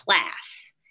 class